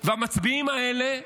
והמצביאים האלה,